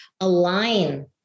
align